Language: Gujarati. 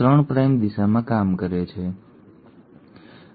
આ સ્ટ્રાન્ડ કે જેનું સતત સંશ્લેષણ થાય છે તેને અગ્રણી સ્ટ્રાન્ડ કહેવામાં આવે છે